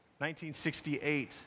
1968